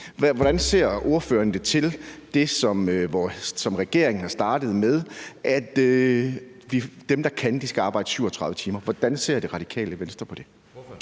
hvordan ser ordføreren på det, som regeringen har startet, i forhold til at dem, der kan, skal arbejde 37 timer? Hvordan ser Radikale Venstre på det?